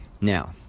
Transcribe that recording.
Now